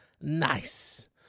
nice